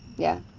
yeah?